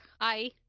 hi